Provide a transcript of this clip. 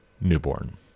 newborn